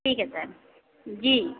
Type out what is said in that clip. ठीक है सर जी